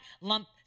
lump